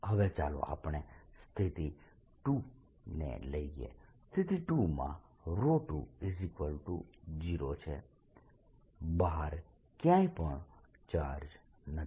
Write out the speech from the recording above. હવે ચાલો આપણે સ્થિતિ 2 ને લઈએ સ્થિતિ 2 માં 20 છે બહાર ક્યાંય પણ ચાર્જ નથી